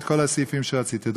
את כל הסעיפים שרציתי.